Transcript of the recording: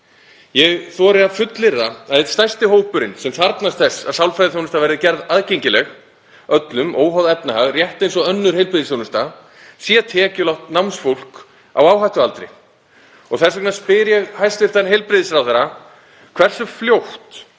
Ég þori að fullyrða að einn stærsti hópurinn sem þarfnast þess að sálfræðiþjónusta verði gerð aðgengileg öllum, óháð efnahag, rétt eins og önnur heilbrigðisþjónusta, sé tekjulágt námsfólk á áhættualdri. Þess vegna spyr ég hæstv. heilbrigðisráðherra: Hversu fljótt